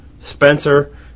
Spencer